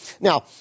now